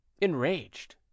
Enraged